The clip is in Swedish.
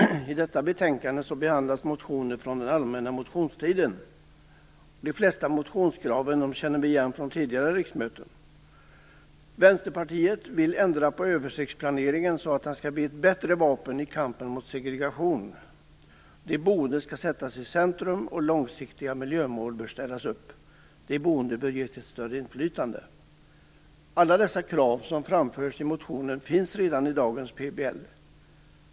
Fru talman! I detta betänkande behandlas motioner från den allmänna motionstiden. De flesta motionskraven känner vi igen från tidigare riksmöten. Vänsterpartiet vill ändra på översiktsplaneringen så att den skall bli ett bättre vapen i kampen mot segregation. De boende skall sättas i centrum, och långsiktiga miljömål bör ställas upp. De boende bör ges ett större inflytande. Alla dessa krav som framförs i motionen finns redan i dagens plan och bygglag.